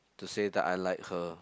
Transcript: to say that I like her